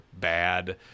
bad